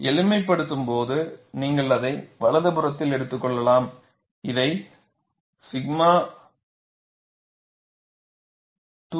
எளிமைப்படுத்தும்போது நீங்கள் அதை வலது புறத்தில் எடுத்துக்கொள்ளலாம் இதை pi 𝛔 2 𝛔 ys